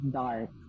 dark